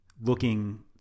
looking